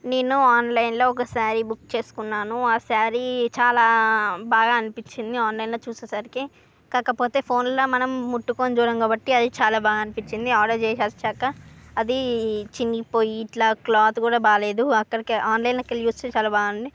నేను ఆన్లైన్ లో ఒక సారీ బుక్ చేసుకున్నాను ఆ సారీ చాలా బాగా అనిపించింది ఆన్లైన్ లో చూసేసరికి కాకపోతే ఫోన్ లో మనం ముట్టుకొని చూడం కాబట్టి అది చాలా బాగా అనిపించింది ఆర్డర్ చేశాక అది చిరిగిపోయి ఇట్లా క్లాత్ కూడా బాగాలేదు అక్కడికి ఆన్లైన్ లోకి వెళ్లి చూస్తే చాలా బాగుంది